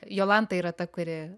jolanta yra ta kuri